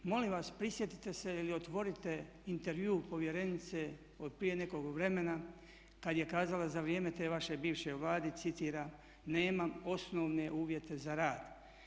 Molim vas prisjetite se ili otvorite intervjuu povjerenice od prije nekog vremena kad je kazala za vrijeme te vaše bivše Vlade, citiram: "Nemam osnovne uvjete za rad.